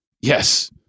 Yes